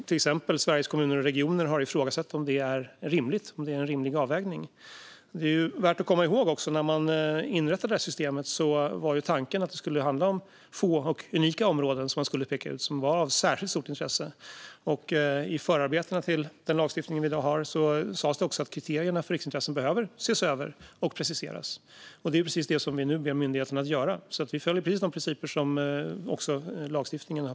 Till exempel Sveriges Kommuner och Regioner har ifrågasatt om det är en rimlig avvägning. Det är också värt att komma ihåg att när man inrättade detta system var tanken att det skulle handla om få och unika områden som man skulle peka ut var av särskilt stort intresse. I förarbetena till den lagstiftning som vi i dag har sas det också att kriterierna för riksintressen behöver ses över och preciseras. Det är precis det som vi nu ber myndigheten att göra. Vi följer alltså precis de principer som har pekats ut i lagstiftningen.